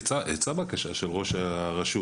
יצאה בקשה של יושב ראש הרשות.